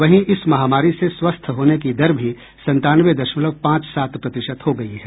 वहीं इस महामारी से स्वस्थ होने की दर भी संतानवे दशमलव पांच सात प्रतिशत हो गई है